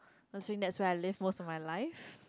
usually that's why I leave most of my life